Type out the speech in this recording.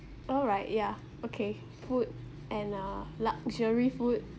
alright yeah okay food and uh luxury food